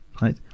Right